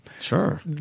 Sure